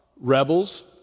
rebels